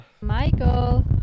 Michael